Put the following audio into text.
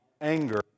anger